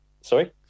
sorry